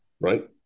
right